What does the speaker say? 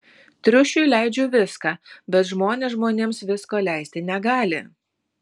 triušiui leidžiu viską bet žmonės žmonėms visko leisti negali